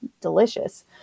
delicious